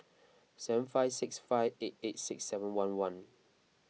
seven five six five eight eight six seven one one